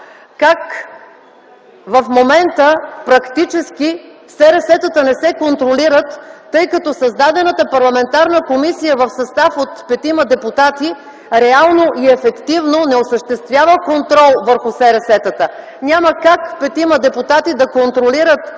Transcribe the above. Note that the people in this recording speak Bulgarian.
как в момента практически СРС-тата не се контролират, тъй като създадената парламентарна комисия в състав от петима депутати, реално и ефективно не осъществява контрол върху СРС-тата. Няма как петима депутати да контролират